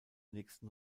nächsten